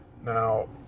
Now